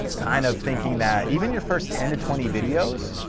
kind of thinking that, even your first ten to twenty videos,